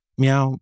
meow